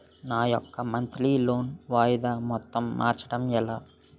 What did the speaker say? నా యెక్క monthly loan వాయిదా మొత్తం మార్చడం ఎలా?